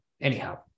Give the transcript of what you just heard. anyhow